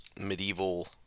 medieval